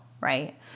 Right